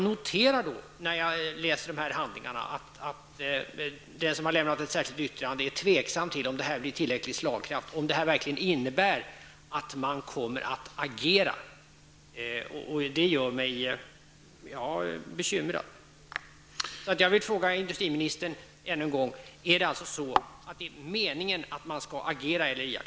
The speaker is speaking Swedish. När jag läser handlingarna noterar jag att den som har lämnat ett särskilt yttrande är tveksam till om den nya organisationen blir tillräckligt slagkraftig, om den verkligen innebär att man kommer att agera. Det gör mig bekymrad.